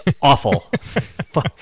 awful